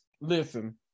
listen